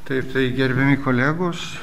taip tai gerbiami kolegos